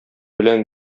белән